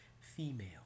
female